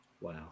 Wow